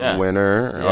and winner.